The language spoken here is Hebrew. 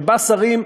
שבה שרים,